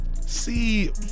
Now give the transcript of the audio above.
See